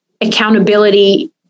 accountability